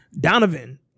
Donovan